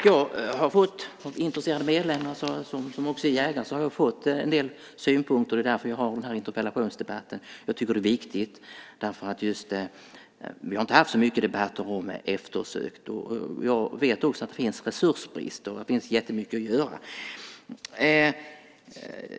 Från intresserade medlemmar som också är jägare har jag fått en del synpunkter. Det är därför jag har den här interpellationsdebatten. Jag tycker att det är viktigt, därför att vi har inte haft så många debatter om eftersök. Jag vet också att det råder resursbrist och att det finns mycket att göra.